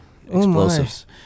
explosives